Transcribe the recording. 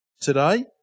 today